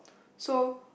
so